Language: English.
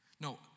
No